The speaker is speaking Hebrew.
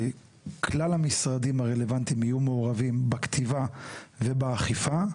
כלל המשרדים הרלוונטיים יהיו מעורבים בכתיבה ובאכיפה,